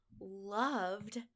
loved